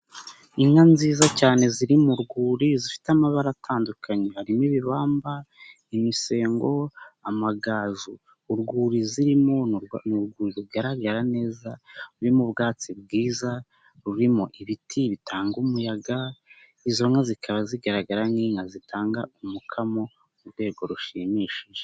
Inka nziza cyane ziri mu rwuri zifite amabara atandukanye, harimo ibibamba, imisengo, amagaju, urwuri zirimo rugaragara neza, rurimo ubwatsi bwiza rurimo ibiti bitanga umuyaga, izo nka zikaba zigaragara nk'inka zitanga umukamo ku rwego rushimishije.